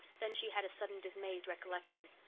then she had a sudden dismayed recollection.